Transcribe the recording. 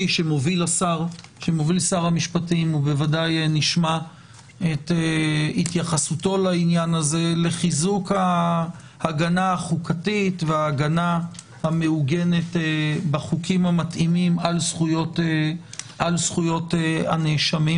שמוביל שר המשפטים לחיזוק ההגנה החוקתית על זכויות הנאשמים.